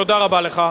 תודה, תודה רבה לך.